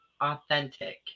authentic